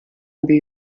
mbi